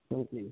ହେଉଛି